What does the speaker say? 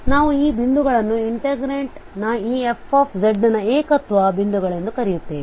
ಆದ್ದರಿಂದ ನಾವು ಈ ಬಿಂದುಗಳನ್ನು ಇನ್ಟೆಗ್ರಾಂಟ್ನ ಈ f ನ ಏಕತ್ವ ಬಿಂದುಗಳೆಂದು ಕರೆಯುತ್ತೇವೆ